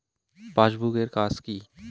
Passbook এর কাজ কি?